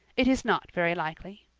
it is not very likely,